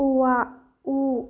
ꯎ ꯋꯥ ꯎ